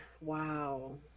wow